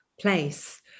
place